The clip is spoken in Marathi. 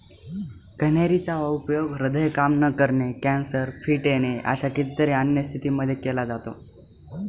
कन्हेरी चा उपयोग हृदय काम न करणे, कॅन्सर, फिट येणे अशा कितीतरी अन्य स्थितींमध्ये केला जातो